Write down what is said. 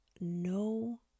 no